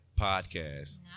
podcast